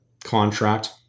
contract